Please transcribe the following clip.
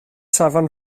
safon